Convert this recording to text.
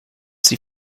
sie